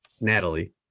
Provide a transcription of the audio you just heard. Natalie